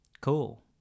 Cool